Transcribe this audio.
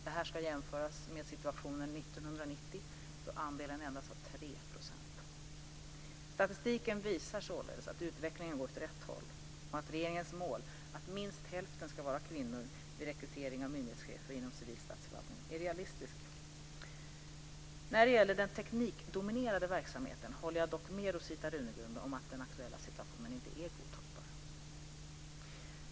Detta ska jämföras med situationen 1990, då andelen var endast 3 %. Statistiken visar således att utvecklingen går åt rätt håll och att regeringens mål - att minst hälften ska vara kvinnor vid rekrytering av myndighetschefer inom civil statsförvaltning - är realistiskt. När det gäller den teknikdominerade verksamheten håller jag dock med Rosita Runegrund om att den aktuella situationen inte är godtagbar.